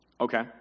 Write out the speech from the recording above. Okay